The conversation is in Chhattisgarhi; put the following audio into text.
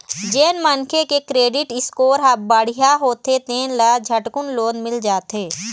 जेन मनखे के क्रेडिट स्कोर ह बड़िहा होथे तेन ल झटकुन लोन मिल जाथे